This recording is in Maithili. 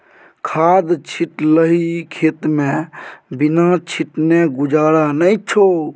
खाद छिटलही खेतमे बिना छीटने गुजारा नै छौ